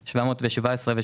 מאיפה מגיע הכסף?